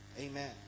Amen